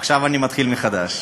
עכשיו אני מתחיל מחדש.